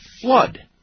flood